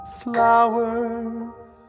flower